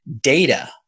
data